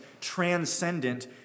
transcendent